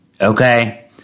okay